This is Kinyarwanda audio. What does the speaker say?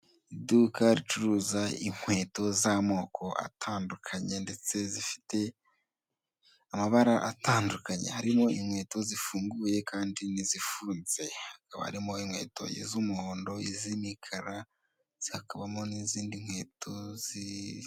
Iduka ricuruza inkweto z'amoko atandukanye ndetse zifite amabara atandukanye harimo inkweto zifunguye kandi n'izifunze, hakaba harimo iz'umuhondo, iz'umukara hakabamo n'izindi nkweto.